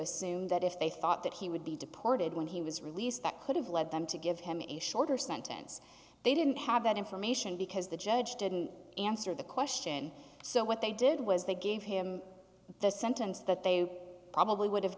assume that if they thought that he would be deported when he was released that could have led them to give him a shorter sentence they didn't have that information because the judge didn't answer the question so what they did was they gave him the sentence that they probably would have